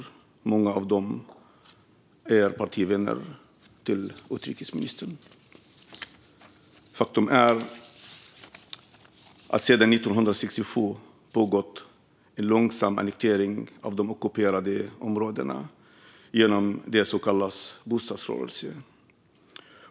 Många av dem är partivänner till utrikesministern. Faktum är att det sedan 1967 har pågått en långsam annektering av de ockuperade områdena genom det som kallas bostadsrörelsen.